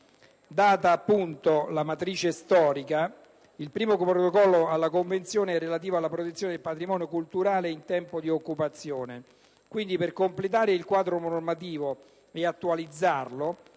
Data, appunto, la matrice storica, il primo Protocollo alla Convenzione è quello relativo alla protezione del patrimonio culturale in tempo di occupazione. Quindi, per completare il quadro normativo e attualizzarlo,